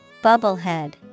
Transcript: Bubblehead